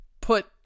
put